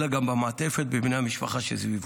אלא גם במעטפת, בבני המשפחה שמסביבו.